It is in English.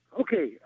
Okay